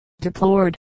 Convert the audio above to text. deplored